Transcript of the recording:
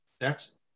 Next